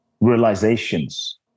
realizations